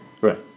Right